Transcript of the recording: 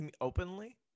Openly